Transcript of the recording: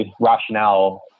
rationale